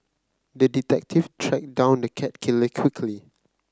the detective tracked down the cat killer quickly